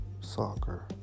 soccer